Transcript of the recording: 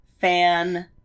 fan